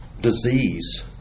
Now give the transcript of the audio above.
Disease